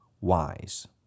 wise